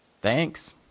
Thanks